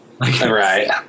right